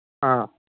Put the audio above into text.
ꯑꯥ